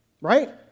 right